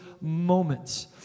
moments